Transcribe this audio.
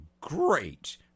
great